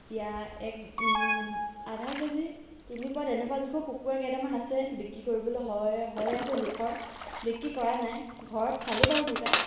এতিয়া এক আধা কেজি তিনি পোৱা তেনেকুৱা জোখৰ কুকুৰা কেইটামান আছে বিক্ৰী কৰিবলৈ হৈ হৈ আছে জোখৰ বিক্ৰী কৰা নাই ঘৰত খালোঁ বাৰু দুটা